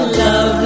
love